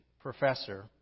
professor